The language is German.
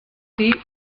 sie